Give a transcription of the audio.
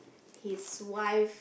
his wife